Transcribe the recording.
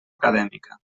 acadèmica